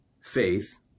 faith